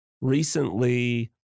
Recently